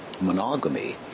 monogamy